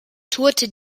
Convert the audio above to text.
tourte